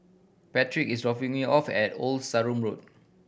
Patrick is dropping me off at Old Sarum Road